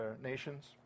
nations